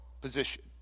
position